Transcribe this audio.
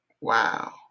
wow